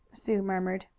sue murmured.